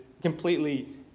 completely